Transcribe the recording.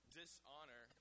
dishonor